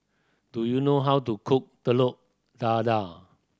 do you know how to cook Telur Dadah